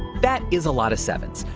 that is a lot of sevens.